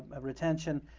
retention.